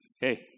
Hey